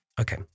Okay